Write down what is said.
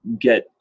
get